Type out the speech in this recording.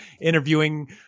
interviewing